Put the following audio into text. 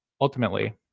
ultimately